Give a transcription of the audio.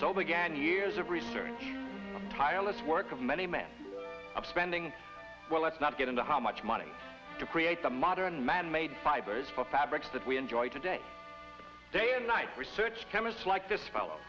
so began years of research tireless work of many men of spending well let's not get into how much money to create the modern man made fibers for fabrics that we enjoy today day and night research chemists like this fellow